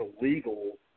illegal